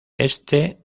este